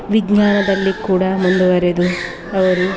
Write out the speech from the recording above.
ವಿಜ್ಞಾನದಲ್ಲಿ ಕೂಡ ಮುಂದುವರೆದು ಅವರು